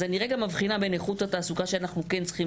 אז אני גם מבחינה בין איכות התעסוקה שאנחנו כן צריכים